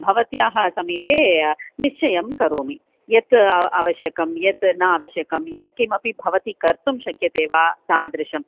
भवत्याः समीपे निश्चयं करोमि यत् आवश्यकं यत् न आवश्यकं यत्किमपि भवती कर्तुं शक्यते वा तादृशं